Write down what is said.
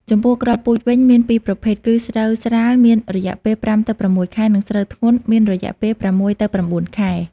ចំពោះ គ្រាប់ពូជវិញមានពីរប្រភេទ គឺស្រូវស្រាលមានរយៈពេល៥ ទៅ ៦ ខែ និងស្រូវធ្ងន់មានរយៈពេល៦ ទៅ ៩ ខែ។